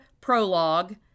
prologue